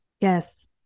Yes